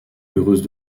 heureuse